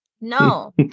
No